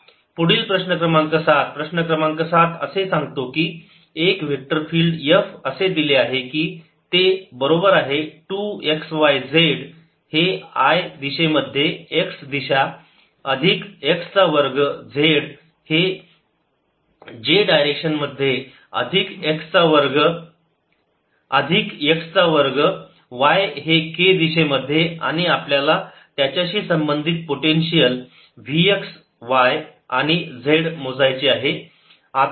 dl0adx0ady 1 x2a2a a23 पुढील प्रश्न क्रमांक सात प्रश्न क्रमांक 7 असे सांगतो की एक वेक्टर फिल्ड F असे दिले आहे की ते बरोबर आहे 2 x y z हे i दिशेमध्ये x दिशा अधिक x चा वर्ग z हे j डायरेक्शन मध्ये अधिक x चा वर्ग y हे k दिशेमध्ये आणि आपल्याला त्याच्याशी संबंधित पोटेन्शियल V x y आणि z मोजायचे आहे